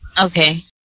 Okay